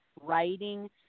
writing